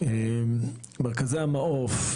אומר שמרכזי ה"מעוף"